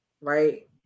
right